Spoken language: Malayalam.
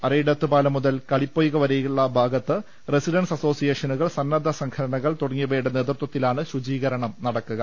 അരയിടത്ത്പാലം മുതൽ കളിപ്പൊയ്ക വരെയുള്ള ഭാഗത്ത് റസിഡൻസ് അസോസിയേഷനുകൾ സന്ന്ദ്ധസംഘടനകൾ തുടങ്ങിയവയുടെ നേതൃത്വത്തിലാണ് ശുചീകരണം നടത്തുക